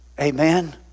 Amen